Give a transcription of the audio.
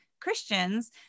Christians